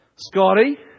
Scotty